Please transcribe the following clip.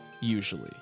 Usually